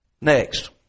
Next